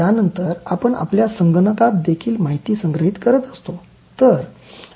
त्यानंतर आपण आपल्या संगणकात देखील माहिती संग्रहित करत असतो